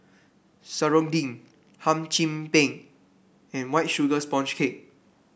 serunding Hum Chim Peng and White Sugar Sponge Cake